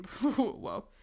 Whoa